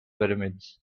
pyramids